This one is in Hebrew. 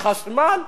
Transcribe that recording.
חשמל.